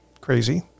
crazy